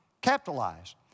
capitalized